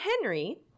Henry